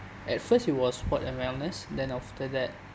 at first it was sports and wellness then after that